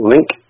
Link